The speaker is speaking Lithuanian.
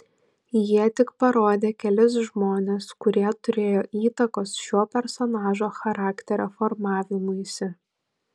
jie tik parodė kelis žmones kurie turėjo įtakos šio personažo charakterio formavimuisi